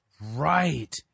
Right